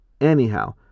Anyhow